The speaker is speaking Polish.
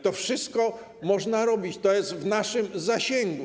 To wszystko można robić, to jest w naszym zasięgu.